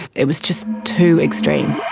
it was just too extreme.